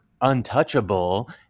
untouchable